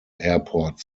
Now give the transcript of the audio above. airport